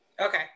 okay